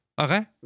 Okay